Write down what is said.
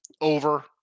Over